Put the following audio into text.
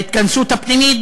ההתכנסות הפנימית,